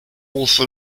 also